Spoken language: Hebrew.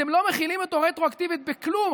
אתם לא מחילים אותו רטרואקטיבית בכלום.